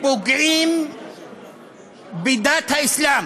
ופוגעים בדת האסלאם.